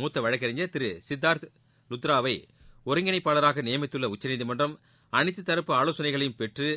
மூத்த வழக்கறிஞர் திரு சித்தார்த் லுத்ராவை ஒருங்கிணைப்பாளராக நியமித்துள்ள உச்சநீதிமன்றம் அனைத்து தரப்பு ஆலோசனைகளையும் பெற்று